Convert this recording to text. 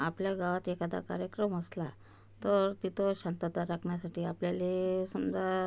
आपल्या गावात एखादा कार्यक्रम असला तर तिथं शांतता राखण्यासाठी आपल्याला समजा